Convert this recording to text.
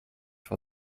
for